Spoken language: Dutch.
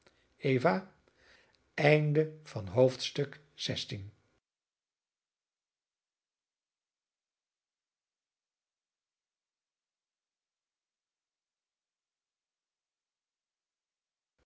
harp van het